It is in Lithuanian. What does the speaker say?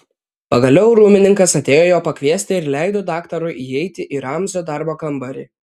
pagaliau rūmininkas atėjo jo pakviesti ir leido daktarui įeiti į ramzio darbo kambarį